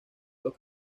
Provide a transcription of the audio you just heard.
los